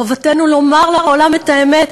חובתנו לומר לעולם את האמת: